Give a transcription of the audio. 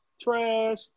Trash